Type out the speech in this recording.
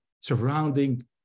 surrounding